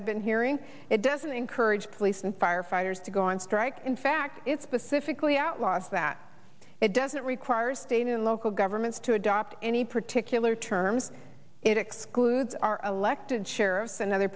i've been hearing it doesn't encourage police and firefighters to go on strike in fact it specifically outlaws that it doesn't require state and local governments to adopt any particular terms it excludes our elected sheriff and other